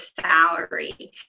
salary